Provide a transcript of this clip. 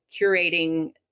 curating